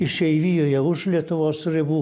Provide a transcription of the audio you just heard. išeivijoje už lietuvos ribų